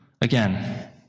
again